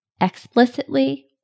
explicitly